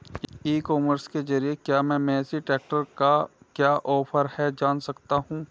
E commerce के ज़रिए क्या मैं मेसी ट्रैक्टर का क्या ऑफर है जान सकता हूँ?